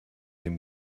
dem